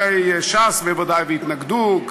חברי, ש"ס בוודאי, ויתנגדו.